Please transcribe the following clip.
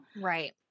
Right